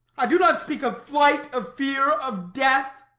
i do not speak of flight, of fear of death,